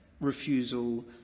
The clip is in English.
Refusal